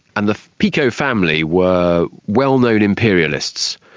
and the picot family were well-known imperialists.